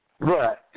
Right